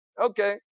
Okay